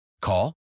Call